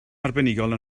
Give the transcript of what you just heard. arbenigol